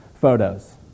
photos